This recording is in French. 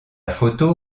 photo